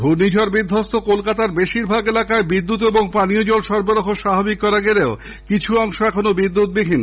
ঘূর্ণিঝড় বিধ্বস্ত কলকাতার বেশিরভাগ এলাকায় বিদ্যুত় ও পানীয়জল সরবরাহ স্বাভাবিক করা গেলেও কিছু অংশ এখনও বিদ্যুতবিহীন